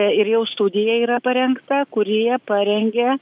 ir jau studija yra parengta kur jie parengė